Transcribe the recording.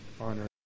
honor